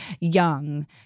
young